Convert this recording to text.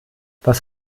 was